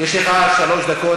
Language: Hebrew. יש לך עד שלוש דקות.